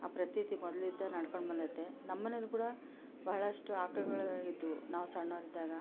ಆ ಪ್ರತೀತಿ ಮೊದಲಿಂದ ನಡ್ಕೊಂಡು ಬಂದೈತೆ ನಮ್ಮನೇಲು ಕೂಡ ಬಹಳಷ್ಟು ಆಕಳ್ಗಳು ಇದ್ವು ನಾವು ಸಣ್ಣವ್ರು ಇದ್ದಾಗ